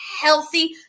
healthy